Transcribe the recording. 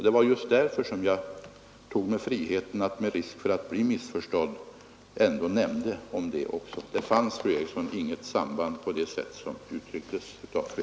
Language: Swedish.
Det var just därför jag tog mig friheten att — med risk för att bli missförstådd — ändå nämna detta. Det fanns inget sådant samband som fru Eriksson talade om.